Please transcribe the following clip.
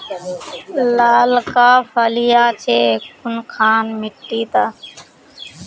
लालका फलिया छै कुनखान मिट्टी त?